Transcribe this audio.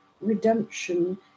redemption